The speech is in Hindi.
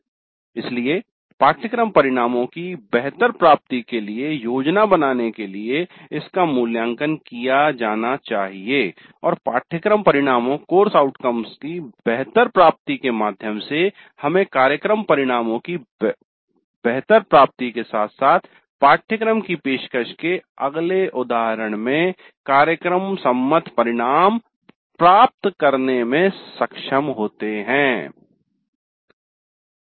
इसलिए अगली बार पाठ्यक्रम की पेशकश में पाठ्यक्रम परिणामों की बेहतर प्राप्ति के लिए योजना बनाने के लिए इसका मूल्यांकन किया जाना चाहिए और पाठ्यक्रम परिणामों की बेहतर प्राप्ति के माध्यम से हमें कार्यक्रम परिणामों की और कार्यक्रम सम्मत परिणामो की बेहतर प्राप्ति के लिए योजना बनाना चाहिए